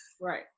right